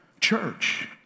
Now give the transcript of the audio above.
church